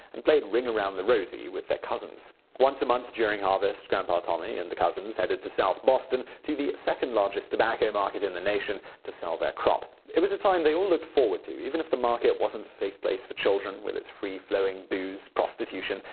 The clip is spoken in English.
and played ring around the rosy with their cousins. once a month during harvest grampa tommy and the cousins headed to south boston, to the second largest tobacco market in the nation, to sell their crop. it was a time they all looked forward too even if the market wasn't a safe place for children with its free-flowing booze, prostitution,